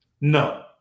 No